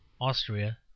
Austria